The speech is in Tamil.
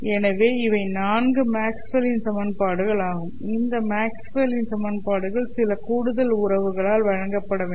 எனவே இவை நான்கு மேக்ஸ்வெல்லின் Maxwell's சமன்பாடுகள் ஆகும் இந்த மேக்ஸ்வெல்லின் சமன்பாடுகள் சில கூடுதல் உறவுகளால் வழங்கப்பட வேண்டும்